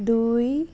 দুই